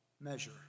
measure